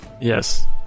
Yes